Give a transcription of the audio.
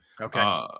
Okay